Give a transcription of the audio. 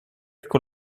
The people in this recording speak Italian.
con